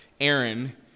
Aaron